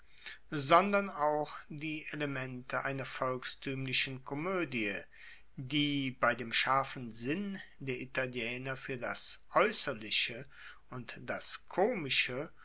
sondern auch die elemente einer volkstuemlichen komoedie die bei dem scharfen sinn der italiener fuer das aeusserliche und das komische